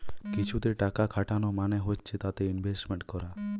কিছুতে টাকা খাটানো মানে হচ্ছে তাতে ইনভেস্টমেন্ট করা